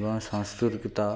ଏବଂ ସାଂସ୍କୃତିକ